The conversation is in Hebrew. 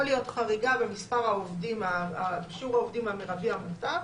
יכולה להיות חריגה במספר העובדים המרבי המותר.